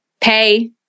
Pay